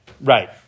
right